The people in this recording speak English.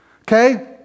Okay